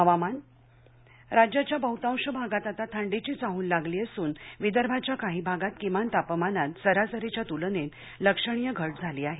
हवामान राज्याच्या बहुतांश भागात आता थंडीची चाहूल लागली असून विदर्भाच्या काही भागात किमान तापमानात सरासरीच्या तुलनेत लक्षणीय घट झाली आहे